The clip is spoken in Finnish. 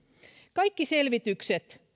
kaikki selvitykset